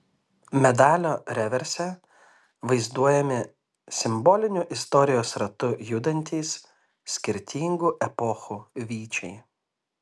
medalio reverse vaizduojami simboliniu istorijos ratu judantys skirtingų epochų vyčiai